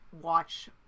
watch